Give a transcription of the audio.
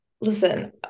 listen